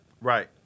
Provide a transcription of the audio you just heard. Right